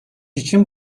için